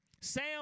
Sam